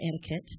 etiquette